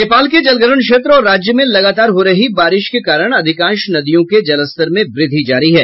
नेपाल के जलग्रहण क्षेत्र और राज्य में लगातार हो रही बारिश के कारण अधिकांश नदियों के जलस्तर में वृद्धि जारी है